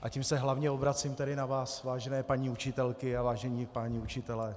A tím se hlavně obracím na vás, vážené paní učitelky a vážení páni učitelé.